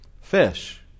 Fish